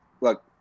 look